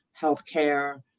healthcare